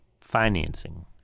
financing